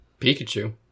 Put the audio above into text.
Pikachu